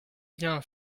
bien